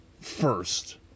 first